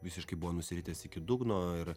visiškai buvo nusiritęs iki dugno ir